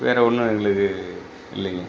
வேறே ஒன்றும் எங்களுக்கு இல்லைங்க